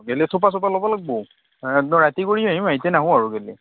গেলি ল'ব লাগিব একদম ৰাতি কৰি আহিম এতিয়া নাহোঁ আৰু আবেলি